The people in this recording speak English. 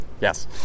yes